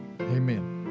Amen